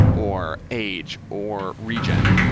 or age, or region,